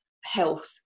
health